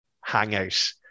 hangout